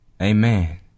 Amen